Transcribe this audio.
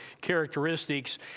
characteristics